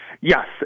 Yes